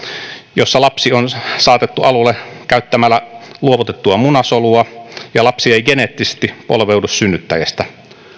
jossa lapsi on saatettu alulle käyttämällä luovutettua munasolua ja lapsi ei geneettisesti polveudu synnyttäjästä